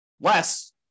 less